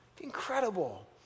Incredible